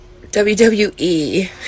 WWE